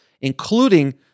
including